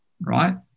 Right